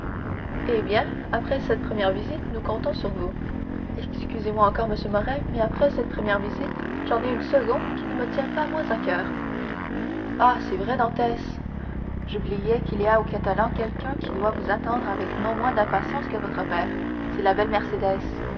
eh bien après cette première visite nous comptons sur vous excusez-moi encore monsieur morrel mais après cette première visite j'en ai une seconde qui ne me tient pas moins au coeur ah c'est vrai dantès j'oubliais qu'il y a aux catalans quelqu'un qui doit vous attendre avec non moins d'impatience que votre père c'est la belle mercédès